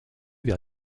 vers